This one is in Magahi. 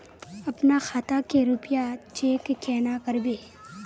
अपना खाता के रुपया चेक केना करबे?